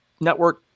network